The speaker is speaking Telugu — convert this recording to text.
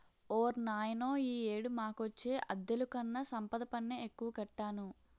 ఓర్నాయనో ఈ ఏడు మాకొచ్చే అద్దెలుకన్నా సంపద పన్నే ఎక్కువ కట్టాను